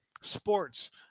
Sports